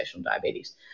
diabetes